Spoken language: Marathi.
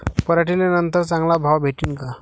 पराटीले नंतर चांगला भाव भेटीन का?